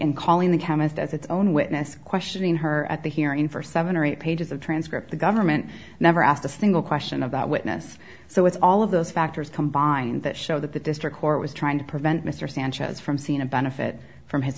and calling the chemist as its own witness questioning her at the hearing for seven or eight pages of transcript the government never asked the single question of that witness so it's all of those factors combined that show that this record was trying to prevent mr sanchez from seeing a benefit from his